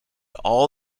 all